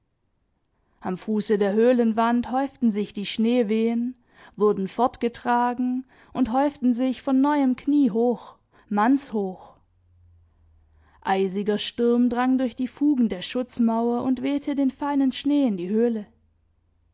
am fuße der höhlenwand häuften sich die schneewehen wurden fortgetragen und häuften sich von neuem kniehoch mannshoch eisiger sturm drang durch die fugen der schutzmauer und wehte den feinen schnee in die höhle